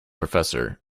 professor